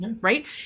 right